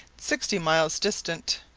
sixty miles distant.